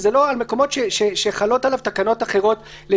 מקומות שחלה עליהם תקנה 3(א)(1) או תקנה